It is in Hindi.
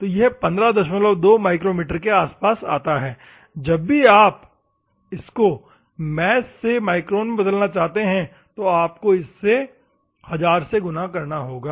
तो यह 152 माइक्रोमीटर के आसपास आता है जब भी आप इसको है मैश से माइक्रोन में बदलना चाहते हैं तो आपको इसको 1000 से गुणा करना होगा